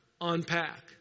unpack